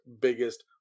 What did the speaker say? biggest